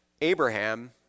Abraham